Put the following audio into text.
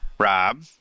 Rob